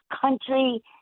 country